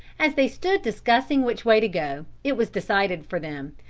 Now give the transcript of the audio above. as they stood discussing which way to go, it was decided for them,